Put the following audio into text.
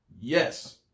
yes